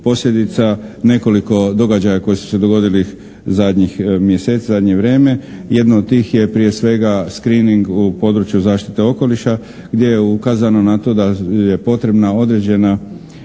posljedica nekoliko događaja koji su se dogodili zadnjih mjeseci, zadnje vrijeme. Jedno od tih je prije svega screening u području zaštite okoliša gdje je ukazano na to da je potrebna određena